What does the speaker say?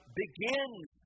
begins